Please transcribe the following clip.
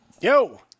Yo